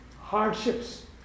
hardships